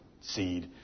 seed